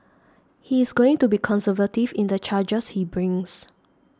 he is going to be conservative in the charges he brings